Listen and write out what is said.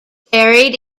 buried